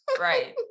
Right